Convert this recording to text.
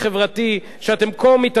שאתם כה מתהדרים בו,